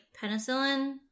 penicillin